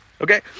okay